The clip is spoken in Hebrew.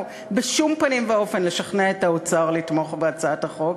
בשום פנים ואופן לשכנע את האוצר לתמוך בהצעת החוק,